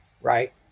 Right